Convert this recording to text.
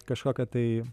kažkokią tai